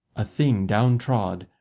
a thing downtrod,